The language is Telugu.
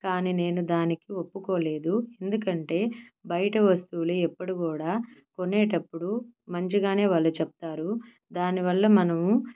కానీ నేను దానికి ఒప్పుకోలేదు ఎందుకంటే బయట వస్తువులు ఎప్పుడు కూడా కొనేటప్పుడు మంచిగానే వాళ్ళు చెప్తారు దానివల్ల మనము